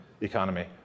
economy